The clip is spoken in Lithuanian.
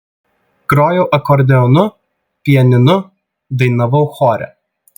grojau akordeonu pianinu dainavau chore